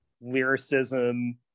lyricism